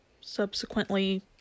subsequently